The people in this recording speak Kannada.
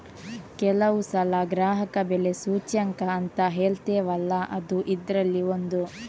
ಕೆಲವು ಸಲ ಗ್ರಾಹಕ ಬೆಲೆ ಸೂಚ್ಯಂಕ ಅಂತ ಹೇಳ್ತೇವಲ್ಲ ಅದೂ ಇದ್ರಲ್ಲಿ ಒಂದು